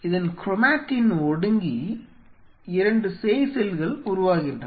இதன் குரோமடின் ஒடுங்கி 2 சேய் செல்கள் உருவாகின்றன